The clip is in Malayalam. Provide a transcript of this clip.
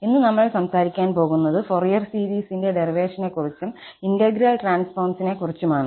ഇന്ന് നമ്മൾ സംസാരിക്കാൻ പോകുന്നത് ഫോറിയർ സീരീസിന്റെ ഡെറിവേഷനെക്കുറിച്ചും ഇന്റഗ്രൽ ട്രാൻസ്ഫോംസിനെക്കുറിച്ചുമാണ്